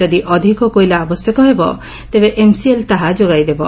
ଯଦି ଅଧିକ କୋଇଲା ଆବଶ୍ୟକ ହେବ ତେବେ ଏମ୍ସିଏଲ୍ ତାହା ଯୋଗାଇଦେବ